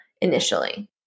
initially